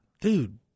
Dude